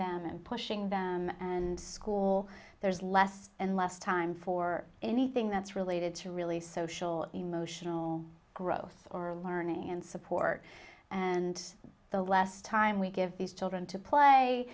them and pushing them and school there's less and less time for anything that's related to really social emotional growth or learning and support and the last time we give these children to play